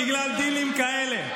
בגלל דילים כאלה.